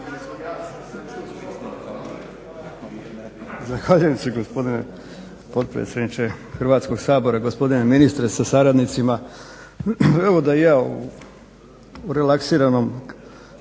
Zahvaljujem se gospodine potpredsjedniče Hrvatskog sabora, gospodine ministre sa saradnicima. Evo da i ja u relaksiranom